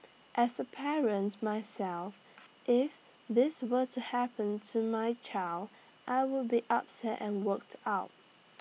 as A parents myself if this were to happen to my child I would be upset and worked up